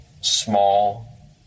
small